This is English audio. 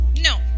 No